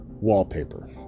wallpaper